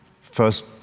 first